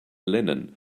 linen